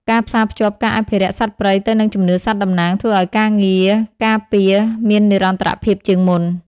ការផ្សារភ្ជាប់ការអភិរក្សសត្វព្រៃទៅនឹងជំនឿសត្វតំណាង ធ្វើឱ្យការងារការពារមាននិរន្តរភាពជាងមុន។